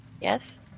yes